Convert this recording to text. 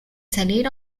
salir